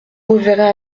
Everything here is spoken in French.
reverrai